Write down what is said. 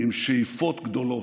עם שאיפות גדולות.